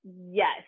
Yes